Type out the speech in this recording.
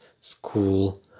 school